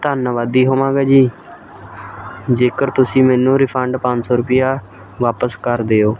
ਧੰਨਵਾਦੀ ਹੋਵਾਂਗਾ ਜੀ ਜੇਕਰ ਤੁਸੀਂ ਮੈਨੂੰ ਰਿਫੰਡ ਪੰਜ ਸੌ ਰੁਪਈਆ ਵਾਪਸ ਕਰ ਦਿਓ